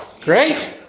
Great